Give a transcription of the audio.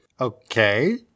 Okay